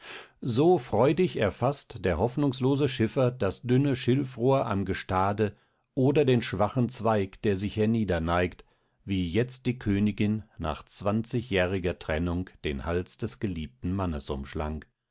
so freudig erfaßt der hoffnungslose schiffer das dünne schilfrohr am gestade oder den schwachen zweig der sich hernieder neigt wie jetzt die königin nach zwanzigjähriger trennung den hals des geliebten mannes